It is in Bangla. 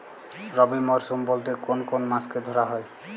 রবি মরশুম বলতে কোন কোন মাসকে ধরা হয়?